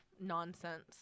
nonsense